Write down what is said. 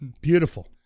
beautiful